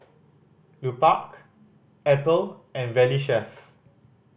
Lupark Apple and Valley Chef